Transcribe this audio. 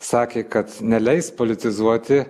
sakė kad neleis politizuoti